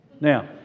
Now